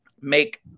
make